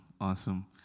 Awesome